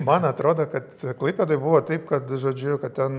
man atrodo kad klaipėdoj buvo taip kad žodžiu kad ten